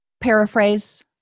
Paraphrase